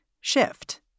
shift